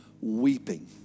weeping